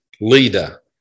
leader